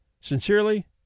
Sincerely